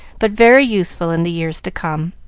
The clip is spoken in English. but very useful in the years to come.